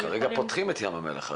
אבל עכשיו פותחים את ים המלח.